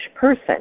person